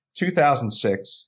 2006